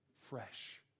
fresh